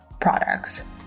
products